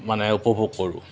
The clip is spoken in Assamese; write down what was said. মানে উপভোগ কৰোঁ